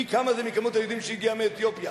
פי כמה זה ממספר היהודים שהגיעו מאתיופיה?